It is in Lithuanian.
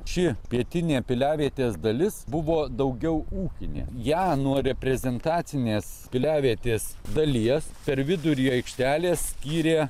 ši pietinė piliavietės dalis buvo daugiau ūkinė ją nuo reprezentacinės piliavietės dalies per vidurį aikštelės skyrė